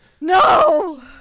No